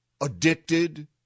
addicted